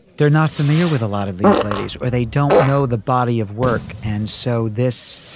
they're not familiar with a lot of these ladies or they don't know the body of work. and so this.